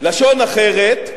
לשון אחרת,